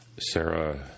Sarah